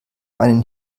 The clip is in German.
einen